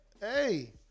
Hey